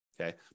okay